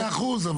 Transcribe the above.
מאה אחוז,